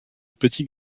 petits